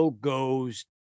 goes